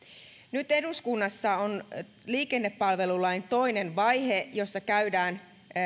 nyt eduskunnassa on liikennepalvelulain toinen vaihe jossa käydään